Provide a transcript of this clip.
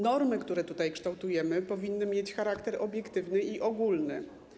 Normy, które tutaj kształtujemy, powinny mieć charakter obiektywny i ogólny.